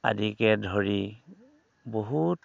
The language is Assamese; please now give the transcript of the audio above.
আদিকে ধৰি বহুত